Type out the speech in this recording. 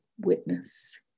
witness